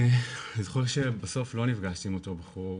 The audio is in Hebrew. אני זוכר שבסוף לא נפגשתי עם אותו בחור,